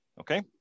okay